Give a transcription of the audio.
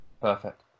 perfect